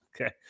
Okay